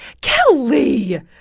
Kelly